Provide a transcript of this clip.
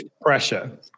pressure